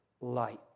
light